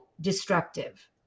destructive